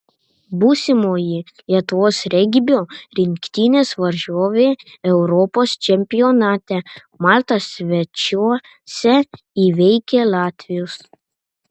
būsimoji lietuvos regbio rinktinės varžovė europos čempionate malta svečiuose įveikė latvius